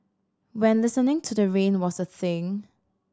when listening to the rain was a thing